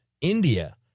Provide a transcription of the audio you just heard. India